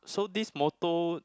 so this motto